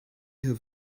have